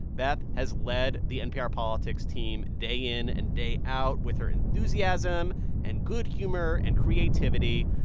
beth has led the npr politics team day in and day out with her enthusiasm and good humor and creativity.